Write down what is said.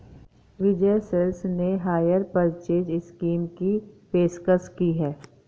विजय सेल्स ने hire purchase scheme की पेशकश की हैं